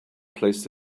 placed